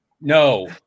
No